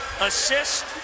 assist